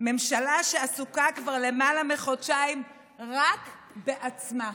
ממשלה שעסוקה כבר למעלה מחודשיים רק בעצמה,